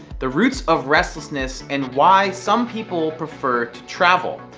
the roots of restlessness and why some people prefer to travel.